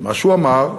שמה שהוא אמר,